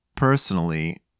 personally